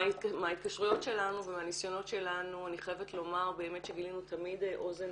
מההתקשרויות והניסיונות שלנו אני חייבת לומר באמת שגילינו תמיד אוזן